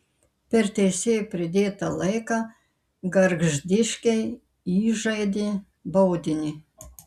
per teisėjo pridėtą laiką gargždiškiai įžaidė baudinį